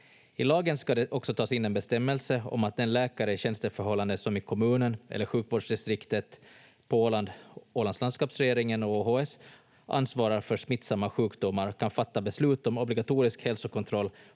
I lagen ska det också tas in en bestämmelse om att en läkare i tjänsteförhållande som i kommunen eller sjukvårdsdistriktet på Åland, Ålands landskapsregering och ÅHS ansvarar för smittsamma sjukdomar kan fatta beslut om obligatorisk hälsokontroll